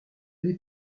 n’ai